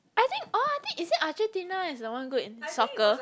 I think orh I think is it Argentina is the one good in soccer